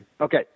Okay